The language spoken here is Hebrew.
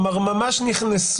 כלומר, ממש נכנסו